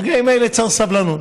ברגעים האלה צריך סבלנות.